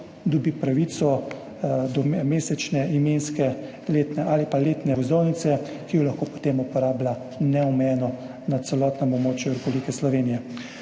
dobi pravico do mesečne imenske ali pa letne vozovnice, ki jo lahko potem uporablja neomejeno na celotnem območju Republike Slovenije.